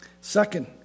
Second